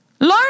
learn